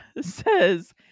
says